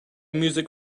music